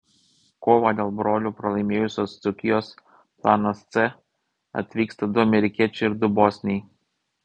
kovą dėl brolių pralaimėjusios dzūkijos planas c atvyksta du amerikiečiai ir du bosniai